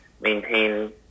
maintain